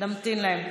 נמתין להם.